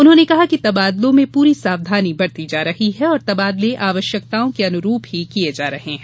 उन्होंने कहा कि तबादलों में पूरी सावधानी बरती जा रही है और तबादले आवश्यकताओं के अनुरूप ही किये जा रहे हैं